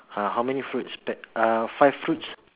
uh how many fruits but uh five fruits